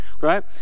Right